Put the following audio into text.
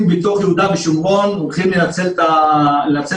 בתוך יהודה ושומרון הולכים לנצל את המצב,